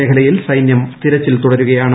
മേഖലയിൽ സൈന്യം തിരച്ചിൽ തുടരുകയാണ്